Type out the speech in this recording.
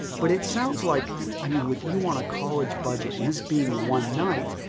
but it sounds like i mean, with you on a college budget and this being one night,